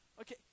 Okay